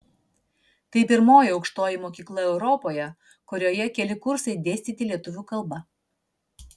tai pirmoji aukštoji mokykla europoje kurioje keli kursai dėstyti lietuvių kalba